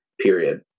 Period